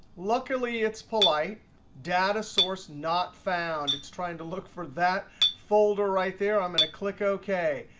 luckily it's polite data source not found. it's trying to look for that folder right there. i'm going to click ok.